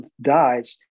dies